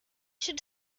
should